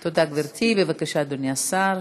תודה, גברתי, בבקשה, אדוני השר.